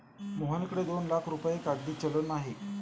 मोहनकडे दोन लाख रुपये कागदी चलन आहे